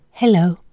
Hello